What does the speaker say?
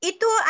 Itu